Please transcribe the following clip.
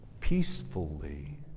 peacefully